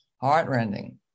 heartrending